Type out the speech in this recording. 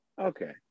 okay